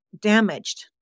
damaged